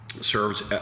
serves